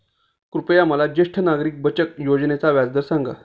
कृपया मला ज्येष्ठ नागरिक बचत योजनेचा व्याजदर सांगा